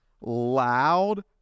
loud